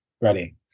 ready